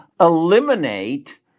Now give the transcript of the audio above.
eliminate